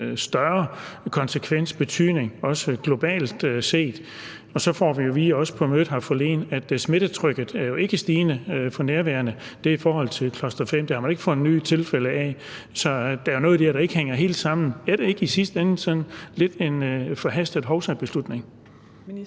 større konsekvens og betydning også globalt set. Så får vi også at vide på mødet her forleden, at smittetrykket jo ikke er stigende for nærværende. I forhold til cluster-5 har man ikke fundet nye tilfælde. Så der er noget der, der ikke hænger helt sammen. Er det ikke i sidste ende sådan en lidt forhastet hovsabeslutning?